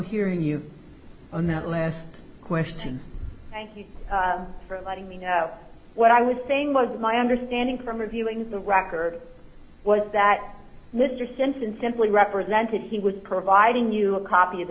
hearing you on that last question thank you for letting me know what i would thing was my understanding from reviewing the record was that mr simpson simply represented he would providing you a copy of the